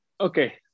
okay